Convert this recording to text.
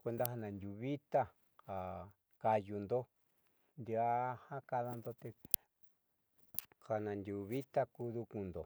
kuenda ja naandiuvita ja kayuundo ndiaa ja ka'adando te ja naandiuvita ku du'ukundo.